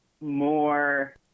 more